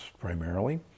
primarily